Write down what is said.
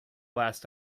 last